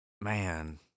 man